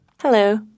Hello